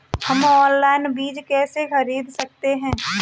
हम ऑनलाइन बीज कैसे खरीद सकते हैं?